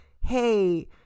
hey